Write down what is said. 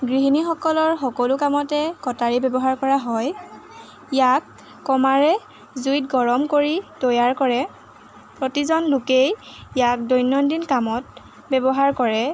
গৃহিণীসকলৰ সকলো কামতে কটাৰী ব্যৱহাৰ কৰা হয় ইয়াক কমাৰে জুইত গৰম কৰি তৈয়াৰ কৰে প্ৰতিজন লোকেই ইয়াক দৈনন্দিন কামত ব্যৱহাৰ কৰে